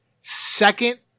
second